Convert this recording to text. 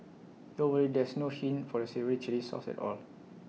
don't worry there's no hint for the savoury Chilli sauce at all